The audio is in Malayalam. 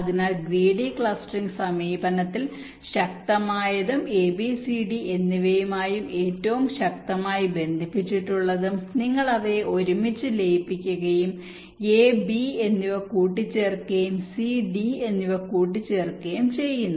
അതിനാൽ ഗ്രീഡി ക്ലസ്റ്ററിംഗ് സമീപനത്തിൽ ശക്തമായതും എ ബി സി ഡി എന്നിവയുമായി ഏറ്റവും ശക്തമായി ബന്ധിപ്പിച്ചിട്ടുള്ളതും നിങ്ങൾ അവയെ ഒരുമിച്ച് ലയിപ്പിക്കുകയും എ ബി എന്നിവ കൂട്ടിച്ചേർക്കുകയും സി ഡി എന്നിവ കൂട്ടിച്ചേർക്കുകയും ചെയ്യുന്നു